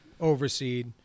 overseed